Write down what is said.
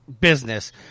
business